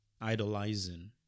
idolizing